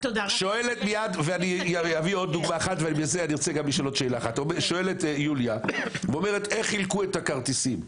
שואלת יוליה איך חילקו את הכרטיסים.